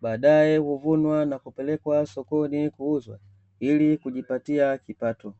baadae huvunwa na kupelekwa sokoni kuuzwa ili kujipatia kipato.